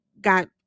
got